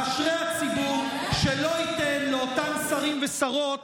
אשרי הציבור שלא ייתן לאותם שרים ושרות